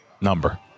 number